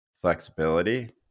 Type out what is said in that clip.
flexibility